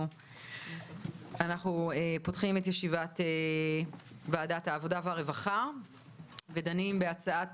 אנחנו פותחים את ישיבת ועדת העבודה והרווחה ודנים בהצעת